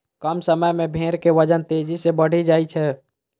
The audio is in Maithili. कम समय मे भेड़ के वजन तेजी सं बढ़ि जाइ छै